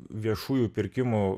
viešųjų pirkimų